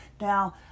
Now